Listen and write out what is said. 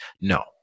No